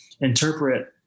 interpret